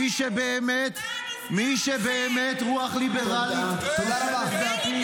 מי שבאמת רוח ליברלית נושבת באפו,